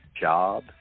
job